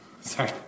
Sorry